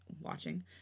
watching